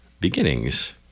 beginnings